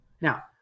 Now